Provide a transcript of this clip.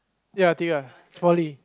ya tiga poly